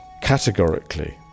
categorically